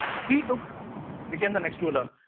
he took became the next ruler.